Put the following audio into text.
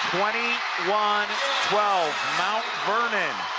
twenty one twelve, mount vernon.